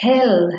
Hell